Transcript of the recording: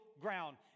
ground